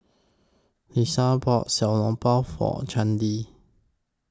Iesha bought Xiao Long Bao For Cyndi